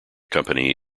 company